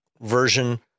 version